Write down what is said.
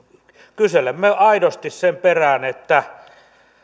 kyselemme aidosti sen perään